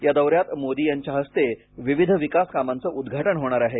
या दौऱ्यात मोदी यांच्या हस्ते विविध विकासकामांच उद्घाटन होणार आहे